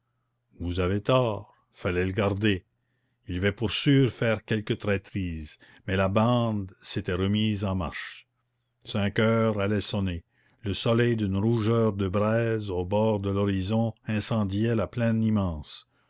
vous avez tort fallait le garder il va pour sûr faire quelque traîtrise mais la bande s'était remise en marche cinq heures allaient sonner le soleil d'une rougeur de braise au bord de l'horizon incendiait la plaine immense